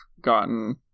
gotten